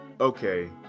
Okay